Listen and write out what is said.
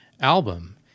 album